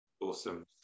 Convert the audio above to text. Awesome